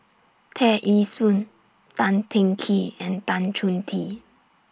Tear Ee Soon Tan Teng Kee and Tan Chong Tee